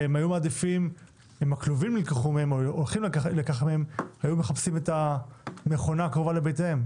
והיו מעדיפים שאם הכלובים נלקחים מהם לחפש את המכונה הקרובה לביתם.